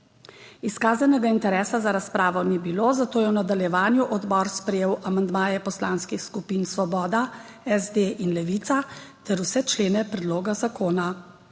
Izkazanega interesa za razpravo ni bilo, zato je v nadaljevanju odbor sprejel amandmaje poslanskih skupin Svoboda, SD in Levica ter vse člene predloga zakona.